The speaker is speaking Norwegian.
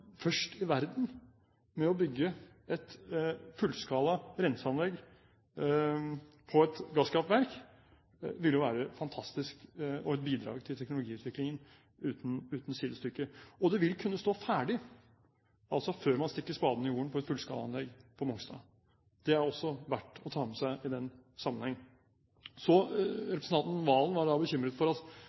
først i verden med å bygge et fullskala renseanlegg på et gasskraftverk – det ville vært fantastisk og et bidrag til teknologiutviklingen uten sidestykke. Det vil kunne stå ferdig før man stikker spaden i jorden på et fullskalaanlegg på Mongstad. Det er også verdt å ta med seg i den sammenhengen. Så representanten Serigstad Valen var bekymret for